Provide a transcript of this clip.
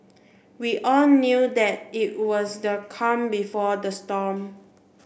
we all knew that it was the calm before the storm